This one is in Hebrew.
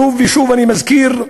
שוב ושוב אני מזכיר,